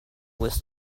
was